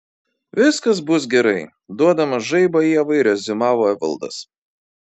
viskas bus gerai duodamas žaibą ievai reziumavo evaldas